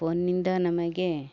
ಫೋನ್ನಿಂದ ನಮಗೆ